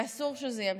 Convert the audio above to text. ואסור שזה יימשך.